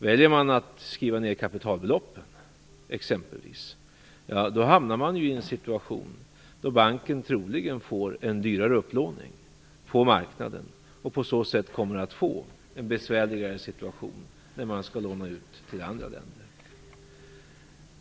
Väljer man exempelvis att skriva ned kaptialbeloppen hamnar man ju i en situation då banken troligen får en dyrare belåning på marknaden och på så sätt kommer att få en besvärligare situation när man skall låna ut till andra länder.